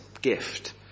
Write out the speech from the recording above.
gift